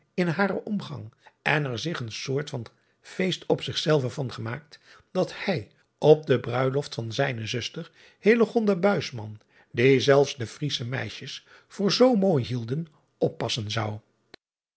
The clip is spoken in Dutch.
in haren omgang en er zich een soort van seest op zich zelve van gemaakt dat hij op de bruiloft van zijne zuster die zelfs de riesche meisjes voor zoo mooi hielden oppassen zou